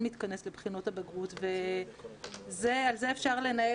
מאוד מאמינים לא רק בלהעלות את הבעיות ואת הדברים שצריכים לשפר אלא